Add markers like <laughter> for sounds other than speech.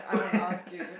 <laughs>